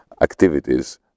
activities